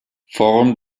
form